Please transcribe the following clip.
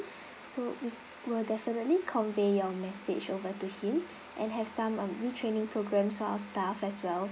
so we will definitely convey your message over to him and have some um retraining programmes for our staff as well